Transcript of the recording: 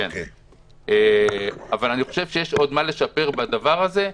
אני חושב שיש עוד מה לשפר בדבר הזה.